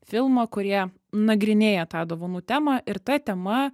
filmą kurie nagrinėja tą dovanų temą ir ta tema